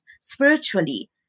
spiritually